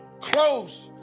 close